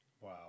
Wow